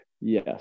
yes